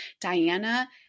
Diana